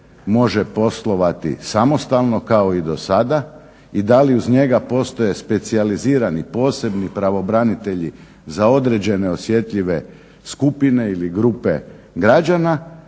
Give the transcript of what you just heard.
može poslovati samostalno kao i do sada i da li uz njega postoje specijalizirani posebni pravobranitelji za određene osjetljive skupine ili grupe građana